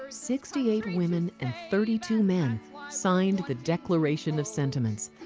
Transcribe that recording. sixty eight women and thirty two men signed the declaration of sentiments.